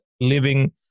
living